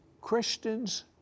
Christians